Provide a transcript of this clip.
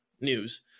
news